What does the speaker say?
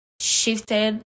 shifted